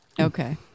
Okay